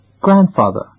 Grandfather